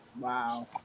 Wow